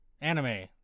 anime